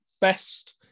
best